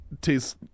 tastes